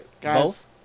Guys